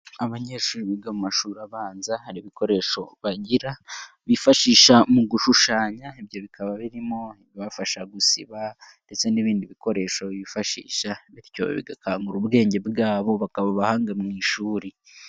Abanyeshuri biga mu mashuri abanza hari ibikoresho bagira bifashisha mu gushushanya, ibyo bikaba birimo ibafasha gusiba ndetse n'ibindi bikoresho bifashisha bityo bi bagakangura ubwenge bwabo bakaba abahanga mu ishuri.